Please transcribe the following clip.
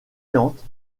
lente